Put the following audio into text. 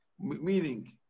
Meaning